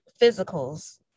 physicals